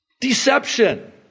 Deception